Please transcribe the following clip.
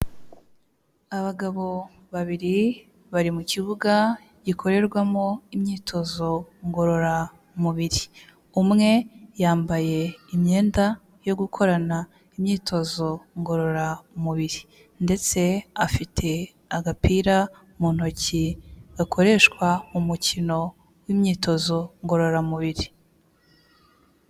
Abagabo babiri bari mu kibuga gikorerwamo imyitozo ngororamubiri, umwe yambaye imyenda yo gukorana imyitozo ngororamubiri, ndetse afite agapira mu ntoki gakoreshwa mukino w'imyitozo ngororamubiri.